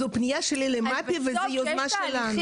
זו פניה שלי למפ"י וזו יוזמה שלנו.